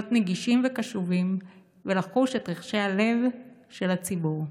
להיות נגישים וקשובים ולחוש את רחשי הלב של הציבור.